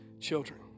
children